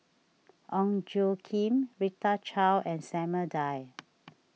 Ong Tjoe Kim Rita Chao and Samuel Dyer